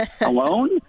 alone